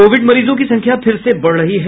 Covid मरीजों की संख्या फिर से बढ़ रही है